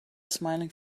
smiling